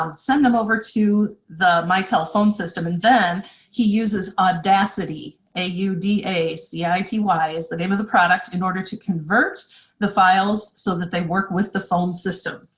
um send them over to the mitel phone system and then he uses audacity, a u d a c i t y is the name of the product, in order to convert the file so that they work with the phone system.